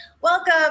Welcome